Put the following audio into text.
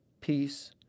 peace